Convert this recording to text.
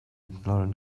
mclaurin